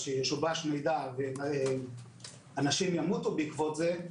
שישובש מידע ואנשים ימותו בעקבות זה,